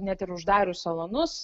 net ir uždarius salonus